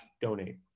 donate